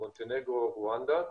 מונטנגרו ורואנדה.